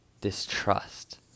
distrust